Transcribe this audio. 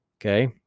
okay